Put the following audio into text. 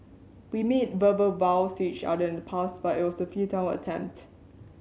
we made verbal vows to each other in the past but it was a futile attempt